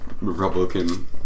Republican